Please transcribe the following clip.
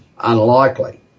unlikely